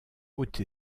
haute